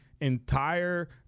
entire